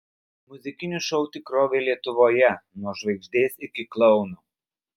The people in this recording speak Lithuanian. muzikinių šou tikrovė lietuvoje nuo žvaigždės iki klouno